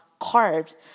carbs